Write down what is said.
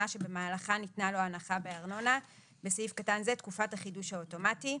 שבמהלכה ניתנה לו הנחה בארנונה (בסעיף קטן זה - תקופת החידוש האוטומטי).